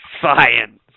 Science